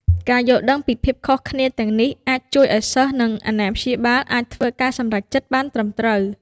ការយល់ដឹងពីភាពខុសគ្នាទាំងនេះនឹងជួយឱ្យសិស្សនិងអាណាព្យាបាលអាចធ្វើការសម្រេចចិត្តបានត្រឹមត្រូវ។